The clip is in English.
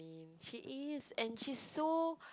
she is and she's so